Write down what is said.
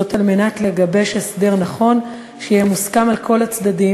על מנת לגבש הסדר נכון שיהיה מוסכם על כל הצדדים